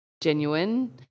genuine